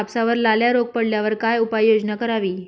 कापसावर लाल्या रोग पडल्यावर काय उपाययोजना करावी?